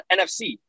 NFC